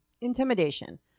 Intimidation